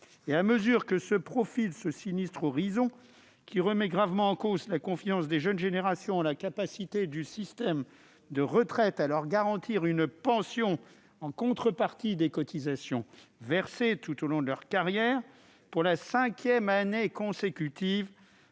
À mesure que se profile ce sinistre horizon, qui remet gravement en cause la confiance des jeunes générations en la capacité du système de retraite à leur garantir une pension en contrepartie des cotisations versées tout au long de leur carrière, pour la cinquième année consécutive